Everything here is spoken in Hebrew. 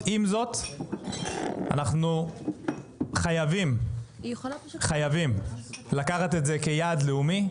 עם זאת, אנחנו חייבים לקחת את זה כיעד לאומי.